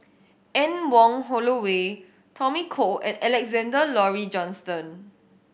Anne Wong Holloway Tommy Koh and Alexander Laurie Johnston